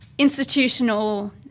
institutional